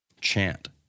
chant